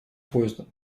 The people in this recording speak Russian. поезда